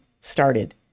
started